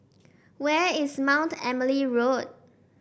where is Mount Emily Road